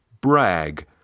Brag